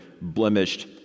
blemished